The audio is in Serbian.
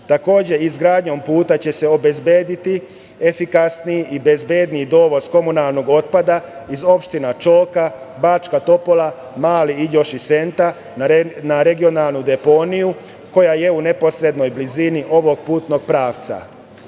Kanjiža. Takođe, izgradnjom puta će se obezbediti efikasniji i bezbedniji dovoz komunalnog otpada iz opština Čoka, Bačka Topola, Mali Iđoš i Senta na regionalnoj deponiju koja je u neposrednoj blizini ovog putnog